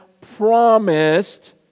promised